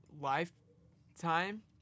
lifetime